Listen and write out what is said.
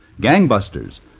Gangbusters